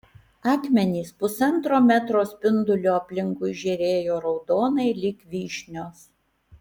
akmenys pusantro metro spinduliu aplinkui žėrėjo raudonai lyg vyšnios